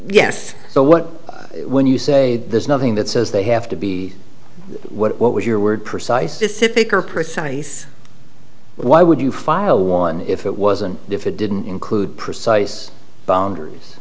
yes so what when you say there's nothing that says they have to be what was your word precise to sipek or precise why would you file one if it wasn't if it didn't include precise boundaries